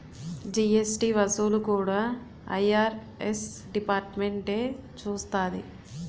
GST వసూళ్లు కూడా IRS డిపార్ట్మెంటే చూస్తాది